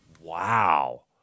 Wow